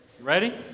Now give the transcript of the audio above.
Ready